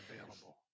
available